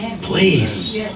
Please